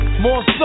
More